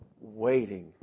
waiting